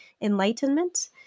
enlightenment